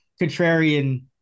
contrarian